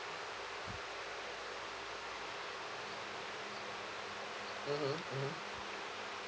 mmhmm mmhmm